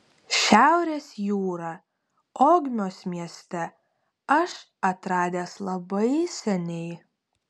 šiaurės jūrą ogmios mieste aš atradęs labai seniai